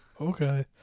okay